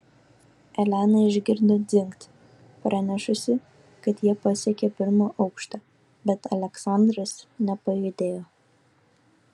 elena išgirdo dzingt pranešusį kad jie pasiekė pirmą aukštą bet aleksandras nepajudėjo